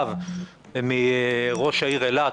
התקבלה לאחרונה רק הפנייה,